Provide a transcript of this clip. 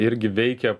irgi veikia